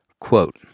Quote